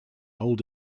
old